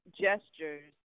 gestures